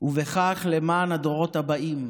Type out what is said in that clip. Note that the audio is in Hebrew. ולמען הדורות הבאים,